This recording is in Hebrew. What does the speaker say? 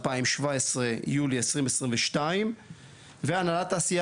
2017 עד יולי 2022. והנהלת התעשייה